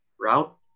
route